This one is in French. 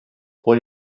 pour